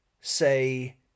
say